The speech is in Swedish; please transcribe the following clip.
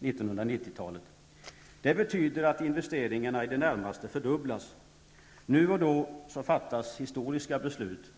1990-talet. Det betyder att investeringarna i det närmaste fördubblas. Nu och då fattas historiska beslut.